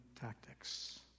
tactics